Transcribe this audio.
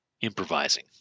improvising